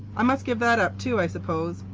i must give that up too, i suppose.